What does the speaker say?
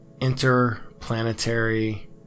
interplanetary